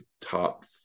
top